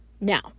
Now